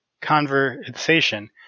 conversation